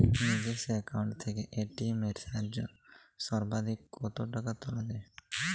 নিজস্ব অ্যাকাউন্ট থেকে এ.টি.এম এর সাহায্যে সর্বাধিক কতো টাকা তোলা যায়?